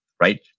right